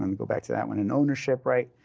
um go back to that one and ownership, right?